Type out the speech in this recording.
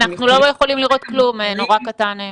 אנחנו לא יכולים לראות כלום, זה נורא קטן מכאן.